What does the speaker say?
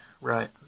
right